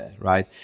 right